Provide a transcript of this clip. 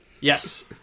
Yes